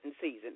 season